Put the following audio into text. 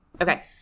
Okay